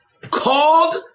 called